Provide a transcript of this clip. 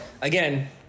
again